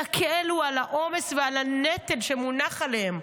תקלו על העומס ועל הנטל שמונח עליהם.